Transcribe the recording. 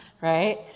Right